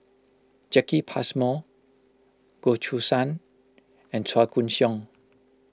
Jacki Passmore Goh Choo San and Chua Koon Siong